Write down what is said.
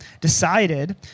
decided